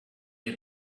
you